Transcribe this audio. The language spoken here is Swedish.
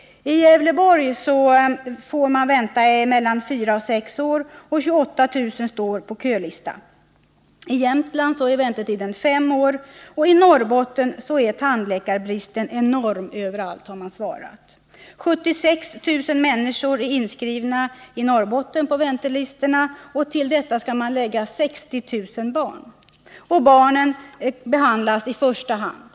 I Gävleborg får man vänta mellan fyra och sex år, och 28 000 står på kölistan. I Jämtland är väntetiden fem år. I Norrbotten är tandläkarbristen enorm överallt, har man svarat. 76 000 människor är inskrivna på väntelistorna i Norrbotten. Till detta skall man lägga 60000 barn. Barnen behandlas i första hand.